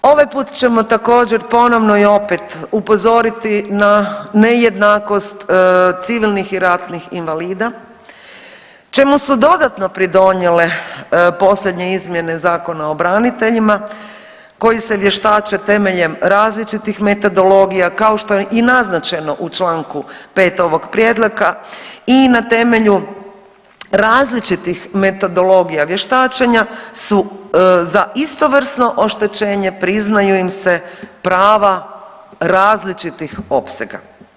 Ovaj put ćemo također ponovno i opet upozoriti na nejednakost civilnih i ratnih invalida čemu su dodatno pridonijele posljednje izmjene Zakona o braniteljima koji se vještače temeljem različitih metodologija kao što je i naznačeno u članku 5. ovog prijedloga i na temelju različitih metodologija vještačenja su za istovrsno oštećenje priznaju im se prava različitih opsega.